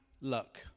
luck